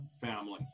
family